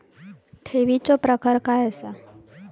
ठेवीचो प्रकार काय असा?